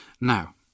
Now